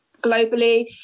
globally